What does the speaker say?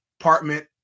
apartment